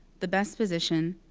the best position,